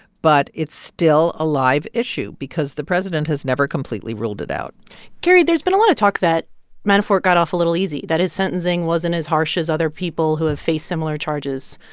but it's still a live issue because the president has never completely ruled it out carrie, there's been a lot of talk that manafort got off a little easy that his sentencing wasn't as harsh as other people who have faced similar charges.